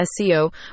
SEO